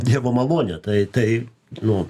dievo malonė tai tai nu